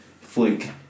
flick